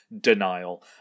denial